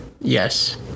Yes